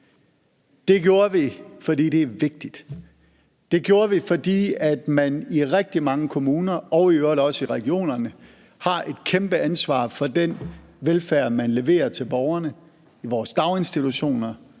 Det gjorde vi, fordi det er vigtigt. Det gjorde vi, fordi man i rigtig mange kommuner og i øvrigt også i regionerne har et kæmpe ansvar for den velfærd, man leverer til borgerene, i vores daginstitutioner,